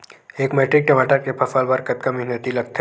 एक मैट्रिक टमाटर के फसल बर कतका मेहनती लगथे?